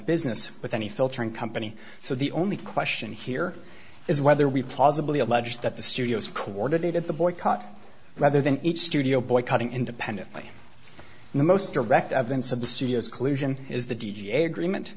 business with any filtering company so the only question here is whether we possibly allege that the studios coordinated the boycott rather than each studio boycotting independently the most direct evidence of the studios collusion is the d g a agreement